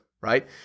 right